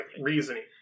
reasoning